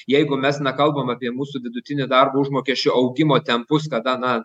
jeigu mes na kalbam apie mūsų vidutinį darbo užmokesčio augimo tempus kada na